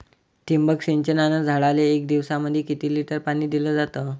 ठिबक सिंचनानं झाडाले एक दिवसामंदी किती लिटर पाणी दिलं जातं?